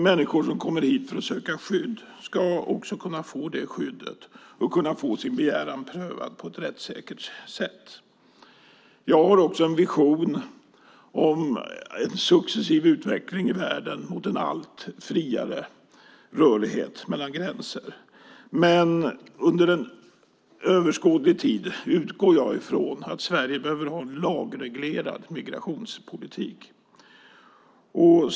Människor som kommer hit och söker skydd ska kunna få det skyddet och få sin begäran prövad på ett rättssäkert sätt. Jag har också en vision om en successiv utveckling i världen mot en allt friare rörlighet över gränser. Men jag utgår ifrån att Sverige under överskådlig tid behöver ha en lagreglerad migrationspolitik.